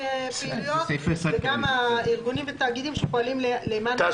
פעילויות וגם ארגונים ותאגידים שפועלים למען אוכלוסיות.